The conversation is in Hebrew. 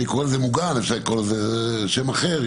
אני קורא לזה מוגן ואפשר לקרוא לזה בשם אחר,